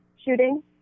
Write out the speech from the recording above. shooting